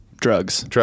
Drugs